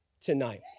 tonight